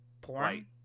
porn